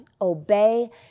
obey